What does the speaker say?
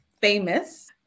famous